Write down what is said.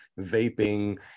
vaping